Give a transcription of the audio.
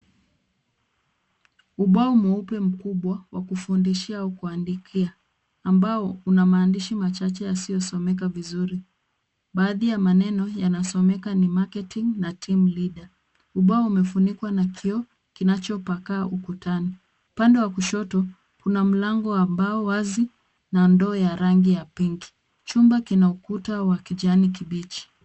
Ubao mweupe mkubwa wa kufundishia au kuandikia ambao una maandishi machache yasiyosomeka vizuri. Baadhi ya maneno yanasomeka ni Marketing na Team leader . Ubao umefunikwa na kioo kinachopakaa ukutani. Upande wa kushoto kuna mlango wa mbao wazi na ndoo ya rangi ya pinki. Chumba kina ukuta wa kijani kibichi.